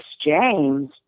James